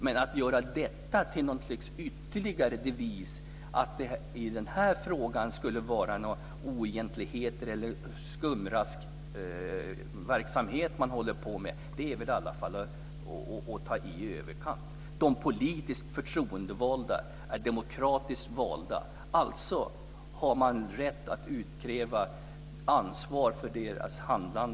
Men att göra det till något slags ytterligare devis att det i den här frågan skulle vara några oegentligheter, eller att det skulle vara en skumraskverksamhet man håller på med, är väl i alla fall att ta till i överkant. De politiskt förtroendevalda är demokratiskt valda. Alltså har man rätt att utkräva ansvar för deras handlande.